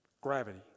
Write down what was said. gravity